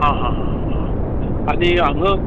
आं हां हां हां आनी हांगा